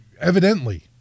Evidently